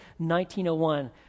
1901